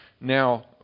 now